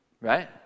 right